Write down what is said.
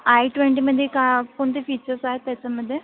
I ट्वेंटीमध्ये का कोणते फीचर्स आहेत त्याच्यामध्ये